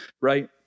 right